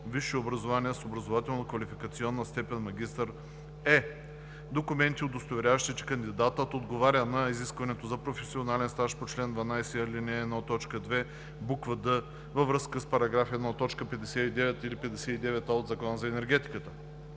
висше образование с образователно-квалификационна степен „магистър“; е) документи, удостоверяващи, че кандидатът отговаря на изискването за професионален стаж по чл. 12, ал. 1, т. 2, буква „д“ във връзка с § 1, т. 59 или 59а от Закона за енергетиката;